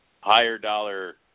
higher-dollar